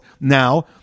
Now